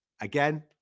Again